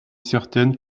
certaine